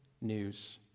news